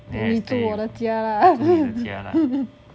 then I stay with 我住你的家 lah